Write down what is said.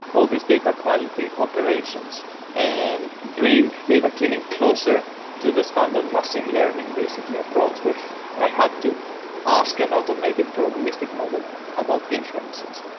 all these data quality operations and bring data cleaning closer to the standard machine learning basically approach where i have to ask an automated probabilistic model about inferences.